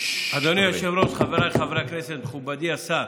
אדוני היושב-ראש, חבריי חברי הכנסת, מכובדי השר,